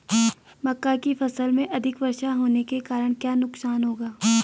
मक्का की फसल में अधिक वर्षा होने के कारण क्या नुकसान होगा?